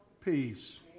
peace